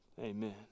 amen